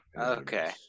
Okay